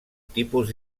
tipus